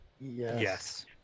Yes